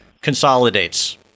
consolidates